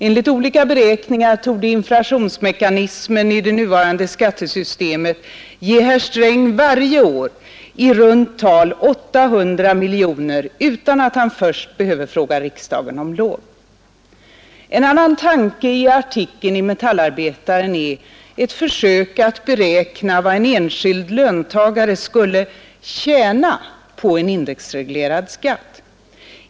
Enligt olika beräkningar torde inflationsmekanismen i det nuvarande skattesystemet varje år ge herr Sträng i runt tal 800 miljoner kronor utan att han först behöver fråga riksdagen om lov. En annan tanke i artikeln i Metallarbetaren är ett försök att beräkna vad en enskild löntagare skulle ”tjäna” på en indexreglerad skatt.